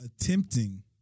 attempting